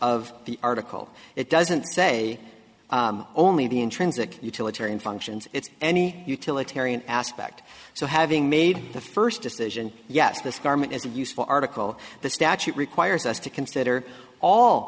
of the article it doesn't say only the intrinsic utilitarian functions its any utilitarian aspect so having made the first decision yes this garment is a useful article the statute requires us to consider all